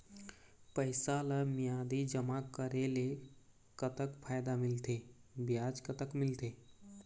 पैसा ला मियादी जमा करेले, कतक फायदा मिलथे, ब्याज कतक मिलथे?